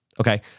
Okay